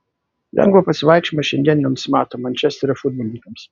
lengvo pasivaikščiojimo šiandien nenusimato mančesterio futbolininkams